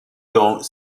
dont